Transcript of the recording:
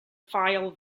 file